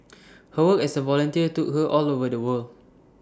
her work as A volunteer took her all over the world